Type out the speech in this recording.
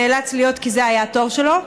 שנאלץ להיות כי זה היה התור שלו.